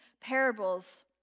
parables